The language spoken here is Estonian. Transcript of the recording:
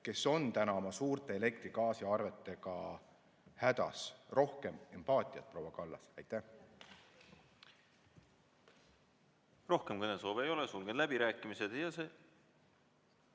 kes on oma suurte elektri‑ ja gaasiarvetega hädas. Rohkem empaatiat, proua Kallas! Aitäh! Rohkem kõnesoove ei ole, sulgen läbirääkimised.